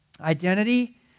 Identity